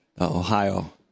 Ohio